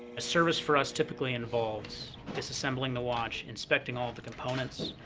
service for us typically involves disassembling the watch, inspecting all the components,